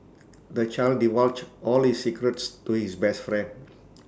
the child divulged all his secrets to his best friend